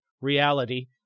reality